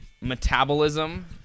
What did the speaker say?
Metabolism